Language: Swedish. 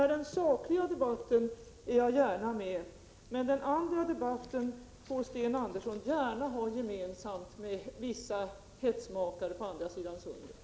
I den sakliga debatten är jag gärna med, men den andra debatten får Sten Andersson föra tillsammans med vissa hetsmakare på andra sidan Sundet.